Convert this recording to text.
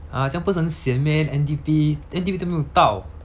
!huh! 这样不是很 sian meh N_D_P N_D_P 都还没有到